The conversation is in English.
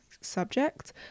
subject